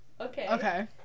Okay